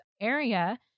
area